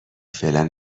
فعلا